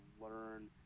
learn